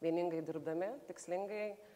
vieningai dirbdami tikslingai